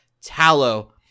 Tallow